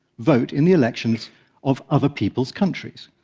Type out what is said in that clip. vote in the elections of other people's countries.